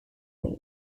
sizes